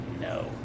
no